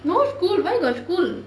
no school where got school